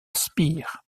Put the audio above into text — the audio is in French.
spire